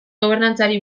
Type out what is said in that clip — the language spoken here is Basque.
gobernantzari